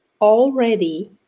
already